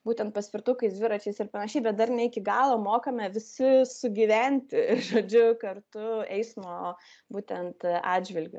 būtent paspirtukais dviračiais ir panašiai bet dar ne iki galo mokame visi sugyventi žodžiu kartu eismo būtent atžvilgiu